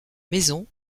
maison